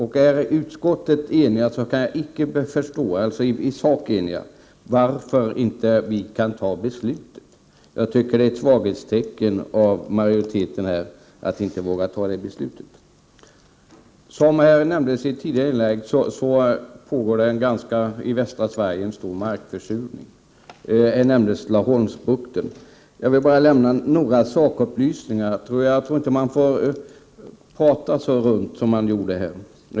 Är utskottet enigt i sak, kan jag inte förstå varför inte riksdagen kan fatta beslutet. Jag tycker att det är ett svaghetstecken av majoriteten att inte våga föreslå det. Det talades i ett tidigare inlägg om att marken i västra Sverige är utsatt för kraftig försurning — bl.a. nämndes Laholmsbukten. Jag vill ge några sakupplysningar, för jag tycker inte att man får prata runt så som man gjorde här.